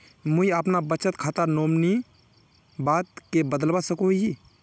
मुई अपना बचत खातार नोमानी बाद के बदलवा सकोहो ही?